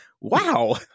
wow